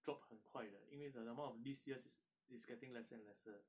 drop 很快的因为 the number of lease years is is getting lesser and lesser